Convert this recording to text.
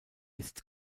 ist